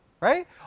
Right